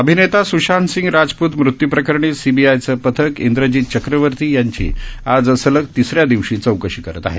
अभिनेता सुशांतसिंह राजपूत मृत्यूप्रकरणी सीबीआयचं पथक इंद्रजीत चक्रवर्ती यांची आज सलग तिसऱ्या दिवशी चौकशी करत आहे